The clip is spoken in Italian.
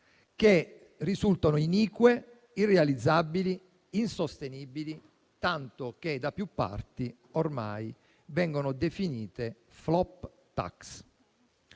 che risultano inique, irrealizzabili, insostenibili, tanto che da più parti ormai vengono definite *flop tax.*